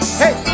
hey